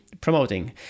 promoting